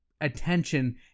attention